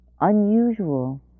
unusual